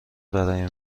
برای